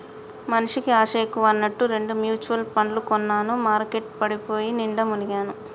మనిషికి ఆశ ఎక్కువ అన్నట్టు రెండు మ్యుచువల్ పండ్లు కొన్నాను మార్కెట్ పడిపోయి నిండా మునిగాను